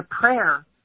prayer